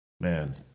man